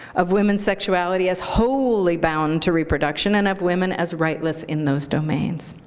of women's sexuality as wholly bound to reproduction, and of women as rightless in those domains.